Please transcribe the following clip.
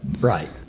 Right